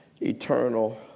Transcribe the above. eternal